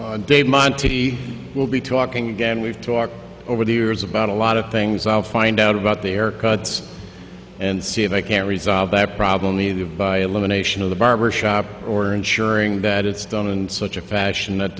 dave monte will be talking again we've talked over the years about a lot of things i'll find out about their cuts and see if i can resolve that problem leave by elimination of the barbershop or ensuring that it's done and such a fashion that